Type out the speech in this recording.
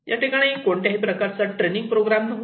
त्या ठिकाणी कोणत्याही प्रकारचा ट्रेनिंग प्रोग्राम नव्हता